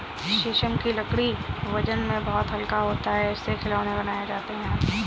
शीशम की लकड़ी वजन में बहुत हल्का होता है इससे खिलौने बनाये जाते है